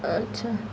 ଆଚ୍ଛା